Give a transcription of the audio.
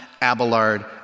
Abelard